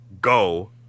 Go